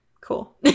Cool